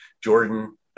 Jordan